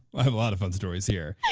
i have a lot of fun stories here.